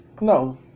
No